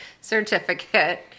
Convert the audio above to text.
certificate